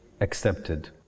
accepted